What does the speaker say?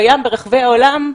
הוא קיים ברחבי העולם,